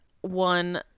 one